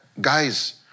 guys